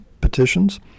petitions